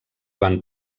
van